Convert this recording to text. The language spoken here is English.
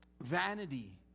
vanity